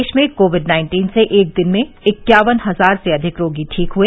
देश में covid nineteen से एक दिन में इक्यावन हजार से अधिक रोगी ठीक हुए